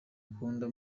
ukunda